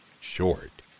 Short